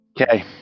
Okay